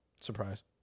surprise